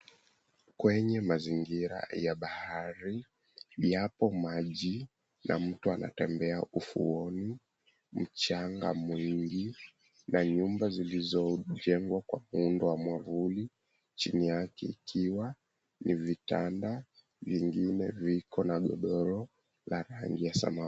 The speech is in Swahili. Kwenye mazingira ya bahari yapo maji na mtu anatembea ufuoni, mchanga mwingi na nyumba zilizojengwa kwa muundo wa mwavuli, chini yake ikiwa ni vitanda viko na godoro la rangi ya samawati.